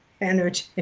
energy